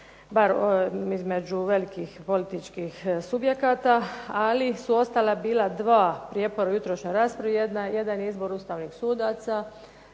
bar između velikih političkih subjekata, ali su ostala bila dva prijepora u jutrošnjoj raspravi jedan je izbor Ustavnih sudaca